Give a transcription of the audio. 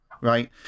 right